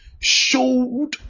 showed